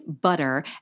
butter